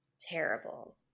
terrible